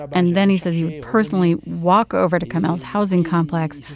and then he says he would personally walk over to kamel's housing complex,